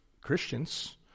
Christians